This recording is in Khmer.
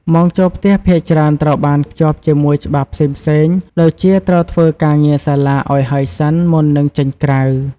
ម៉ោងចូលផ្ទះភាគច្រើនត្រូវបានភ្ជាប់ជាមួយច្បាប់ផ្សេងៗ ដូចជាត្រូវធ្វើការងារសាលាឱ្យហើយសិន មុននឹងចេញក្រៅ។